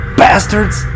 bastards